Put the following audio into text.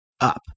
up